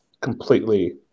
completely